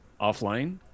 offline